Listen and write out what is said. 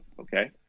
okay